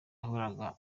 yahoraga